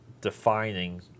defining